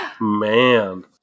man